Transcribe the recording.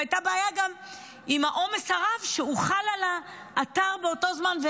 והייתה בעיה גם עם העומס הרב שהוחל על האתר באותו זמן.